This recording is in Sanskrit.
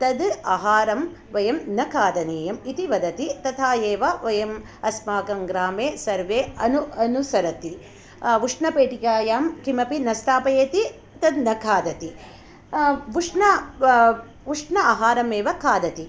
तत् आहारं वयं न खादनीयम् इति वदति तथा एव वयम् अस्माकं ग्रामे सर्वे अनुसरति उष्णपेटिकायां किमपि न स्थापयति तत् न खादति उष्ण आहारमेव खादति